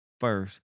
first